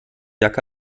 jacke